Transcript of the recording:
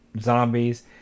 zombies